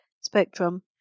Spectrum